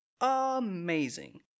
amazing